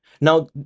Now